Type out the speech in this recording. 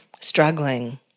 struggling